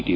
T